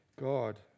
god